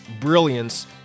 brilliance